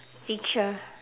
feature